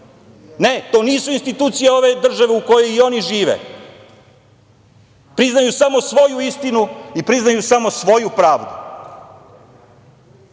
Ne, to nisu institucije ove države u kojoj i oni žive. Priznaju samo svoju istinu i priznaju samo svoju pravdu.